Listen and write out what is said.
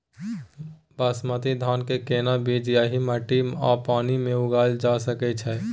बासमती धान के केना बीज एहि माटी आ पानी मे उगायल जा सकै छै?